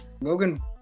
Logan